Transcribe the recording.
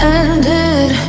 ended